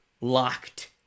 locked